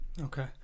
Okay